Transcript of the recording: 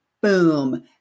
boom